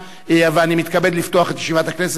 ירושלים, הכנסת,